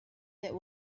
that